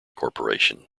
corporation